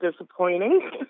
disappointing